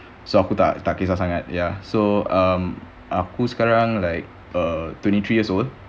so aku tak tak kisah sangat ya so err aku sekarang like uh twenty three years old